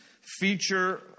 feature